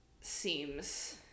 seems